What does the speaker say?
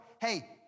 hey